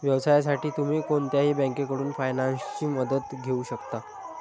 व्यवसायासाठी तुम्ही कोणत्याही बँकेकडून फायनान्सची मदत घेऊ शकता